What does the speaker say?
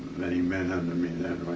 many men under me then,